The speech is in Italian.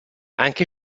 anche